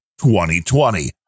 2020